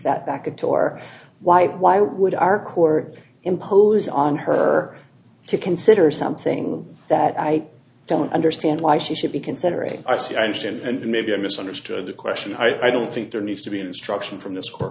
that back into your why why would our core impose on her to consider something that i don't understand why she should be considering i see i understand and maybe i misunderstood the question i don't think there needs to be an instruction from th